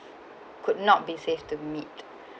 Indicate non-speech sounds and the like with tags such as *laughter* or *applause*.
could not be safe to meet *breath*